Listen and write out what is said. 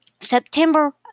September